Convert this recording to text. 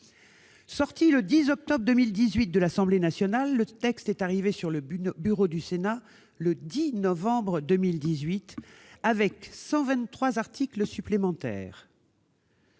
Adopté le 9 octobre 2018 par l'Assemblée nationale, le texte est arrivé sur le bureau du Sénat le 10 octobre 2018, avec 123 articles supplémentaires.